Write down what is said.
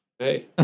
Hey